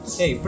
Hey